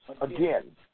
again